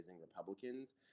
republicans